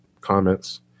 comments